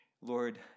Lord